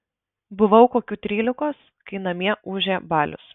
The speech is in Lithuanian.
buvau kokių trylikos kai namie ūžė balius